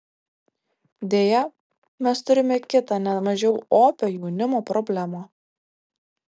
deja mes turime kitą ne mažiau opią jaunimo problemą